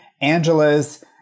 Angela's